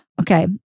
Okay